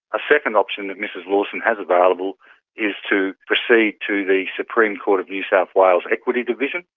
a second option that mrs lawson has available is to proceed to the supreme court of new south wales equity division,